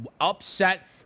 upset